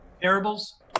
parables